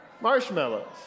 marshmallows